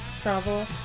travel